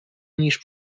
niż